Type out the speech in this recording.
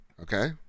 okay